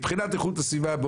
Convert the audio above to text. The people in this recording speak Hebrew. מבחינת איכות הסביבה,